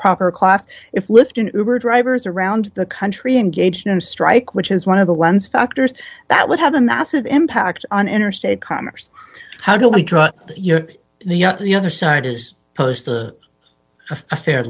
proper class if lifton over drivers around the country engaged in a strike which is one of the ones factors that would have a massive impact on interstate commerce how do we draw you know the other side is opposed to a fair